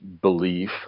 belief